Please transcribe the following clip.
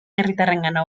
herritarrengana